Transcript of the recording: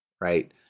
right